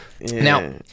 Now